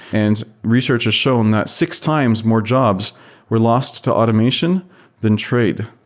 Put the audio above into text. and research has shown that six times more jobs were lost to automation than trade.